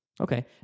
Okay